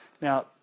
Now